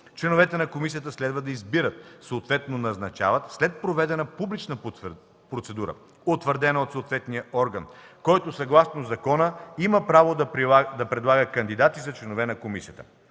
Членовете на комисията следва да се избират, съответно назначават, след проведена публична процедура, утвърдена от съответния орган, който съгласно закона има право да предлага кандидати за членове на комисията.